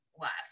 left